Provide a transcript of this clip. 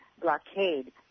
blockade